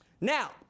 Now